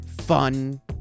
fun